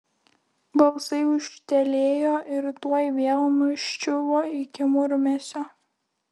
balsai ūžtelėjo ir tuoj vėl nuščiuvo iki murmesio